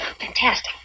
fantastic